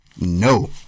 No